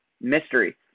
mystery